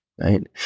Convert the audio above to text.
right